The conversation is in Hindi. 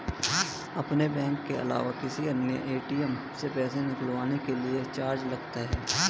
अपने बैंक के अलावा किसी अन्य ए.टी.एम से पैसे निकलवाने के चार्ज लगते हैं